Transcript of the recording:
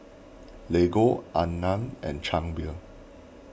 Lego Anmum and Chang Beer